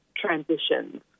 transitions